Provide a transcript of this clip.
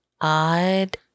odd